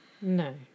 No